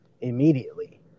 immediately